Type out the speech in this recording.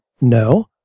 No